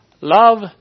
Love